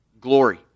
glory